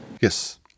Yes